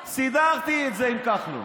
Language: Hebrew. למה, סידרתי את זה עם כחלון.